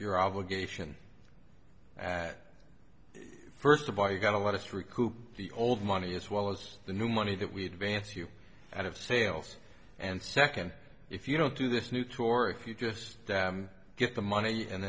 your obligation at first of all you got a lot of to recoup the old money as well as the new money that we advance you out of sales and second if you don't do this new tour or if you just get the money and